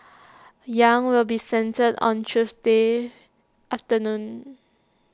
yang will be sentenced on Tuesday afternoon